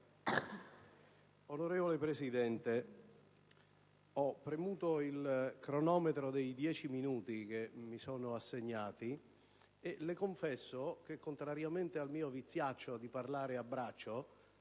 Onorevole Presidente, ho premuto il cronometro dei dieci minuti che mi sono assegnati e le confesso che, contrariamente al mio viziaccio di parlare a braccio,